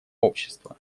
общества